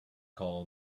call